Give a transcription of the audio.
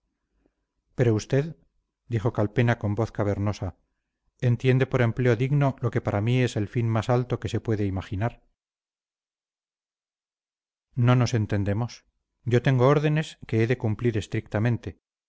pero usted dijo calpena con voz cavernosa entiende por empleo digno lo que para mí es el fin más alto que se puede imaginar no nos entendemos no nos entendemos yo tengo órdenes que he de cumplir estrictamente